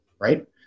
Right